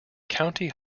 county